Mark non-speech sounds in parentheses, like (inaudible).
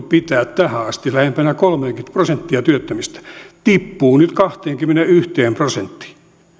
(unintelligible) pitää tähän asti lähempänä kolmeakymmentä prosenttia työttömistä tippuu nyt kahteenkymmeneenyhteen prosenttiin